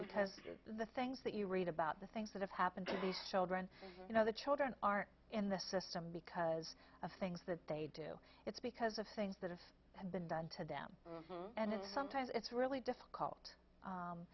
because the things that you read about the things that have happened to these children you know the children aren't in the system because of things that they do it's because of things that have been done to them and sometimes it's really difficult